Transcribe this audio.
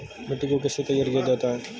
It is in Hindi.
मिट्टी को कैसे तैयार किया जाता है?